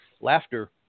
laughter